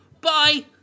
Bye